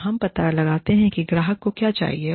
तो हम पता लगाते हैं ग्राहक को क्या चाहिए